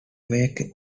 make